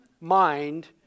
mind